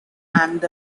and